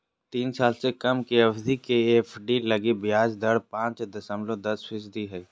तीन साल से कम के अवधि के एफ.डी लगी ब्याज दर पांच दशमलब दस फीसदी हइ